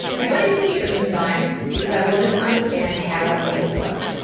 i got into nutrition science because i wanted to understand how our bodies work,